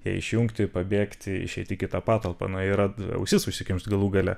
ją išjungti pabėgti išeiti į kitą patalpą na yra ausis užsikimšt galų gale